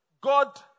God